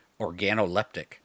organoleptic